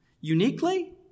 Uniquely